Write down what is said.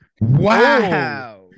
Wow